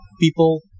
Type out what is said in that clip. people